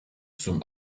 zum